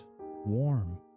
warm